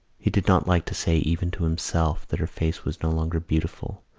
he did not like to say even to himself that her face was no longer beautiful,